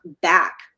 back